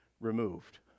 removed